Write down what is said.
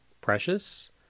precious